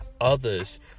others